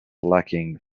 lacking